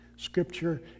Scripture